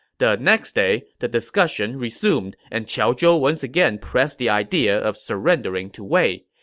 the next day, the discussion resumed, and qiao zhou once again pressed the idea of surrendering to wei.